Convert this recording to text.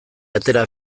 atera